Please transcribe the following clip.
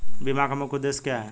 बीमा का मुख्य उद्देश्य क्या है?